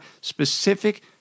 specific